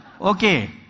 okay